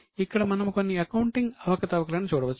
ఇక్కడ మనము కొన్ని అకౌంటింగ్ అవకతవకల ను చూడవచ్చు